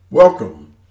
Welcome